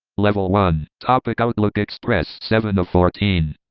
level one topic outlook express seven of fourteen,